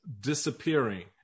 disappearing